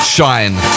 Shine